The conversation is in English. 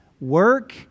work